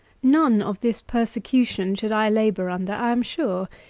none of this persecution should i labour under, i am sure,